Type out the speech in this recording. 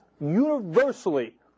universally